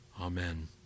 Amen